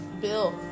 Bill